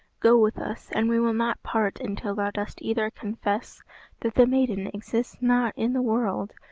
go with us, and we will not part until thou dost either confess that the maiden exists not in the world,